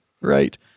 Right